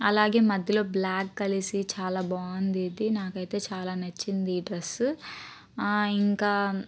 అలాగే మధ్యలో బ్లాక్ కలిసి చాలా బాగుంది ఇది నాకైతే చాలా నచ్చింది ఈ డ్రస్ ఇంకా